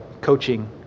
coaching